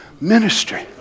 ministry